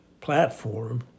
platform